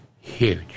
huge